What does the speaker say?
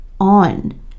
on